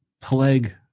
plague